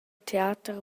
teater